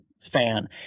fan